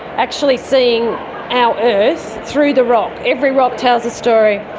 actually seeing our earth through the rock. every rock tells a story.